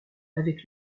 avec